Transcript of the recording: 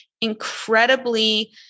incredibly